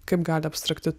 kaip gali abstrakti